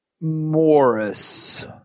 Morris